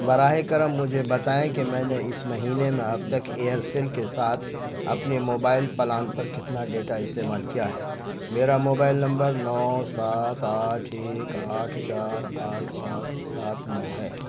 براہ کرم مجھے بتائیں کہ میں نے اس مہینے میں اب تک ایئرسل کے ساتھ اپنے موبائل پلان پر کتنا ڈیٹا استعمال کیا ہے میرا موبائل نمبر نو سات آٹھ ایک آٹھ چار آٹھ پانچ سات نو ہے